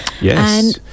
yes